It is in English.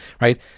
right